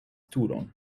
turon